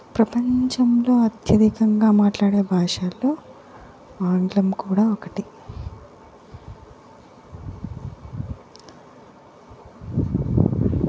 ప్రపంచంలో అత్యధికంగా మాట్లాడే భాషల్లో ఆంగ్లం కూడా ఒకటి